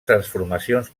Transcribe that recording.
transformacions